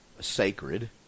sacred